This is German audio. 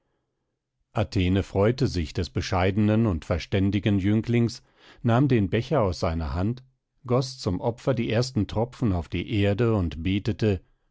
athene freute sich des bescheidenen und verständigen jünglings nahm den becher aus seiner hand goß zum opfer die ersten tropfen auf die erde und betete